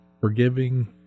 forgiving